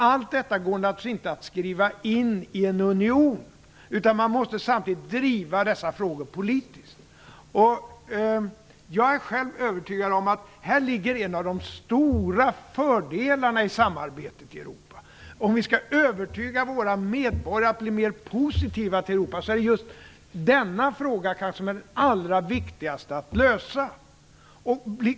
Allt detta går naturligtvis inte att skriva in i ett unionsfördrag, utan man måste samtidigt driva dessa frågor politiskt. Jag är själv övertygad om att här finns en av de stora fördelarna i samarbetet i Europa. Om vi skall övertyga våra medborgare att bli mera positiva till Europa är denna fråga den kanske allra viktigaste att lösa.